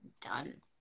done